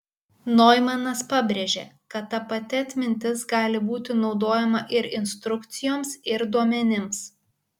noimanas pabrėžė kad ta pati atmintis gali būti naudojama ir instrukcijoms ir duomenims